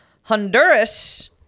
Honduras